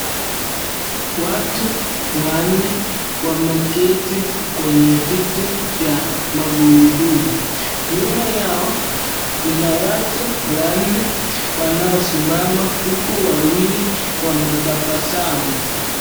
Watu wanne wameketi kwenye viti vya magurudumu, nyuma yao kuna watu wanne wanaosimama huku wawili wametabasamu.